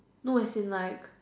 no as in like